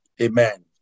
amen